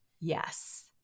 Yes